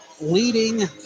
leading